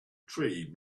tree